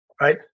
right